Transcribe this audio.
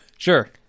Sure